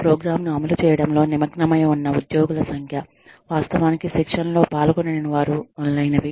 programme ను అమలు చేయడంలో నిమగ్నమై ఉన్న ఉద్యోగుల సంఖ్య వాస్తవానికి శిక్షణలో పాల్గొననివారు మొదలైనవి